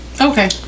Okay